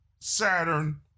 Saturn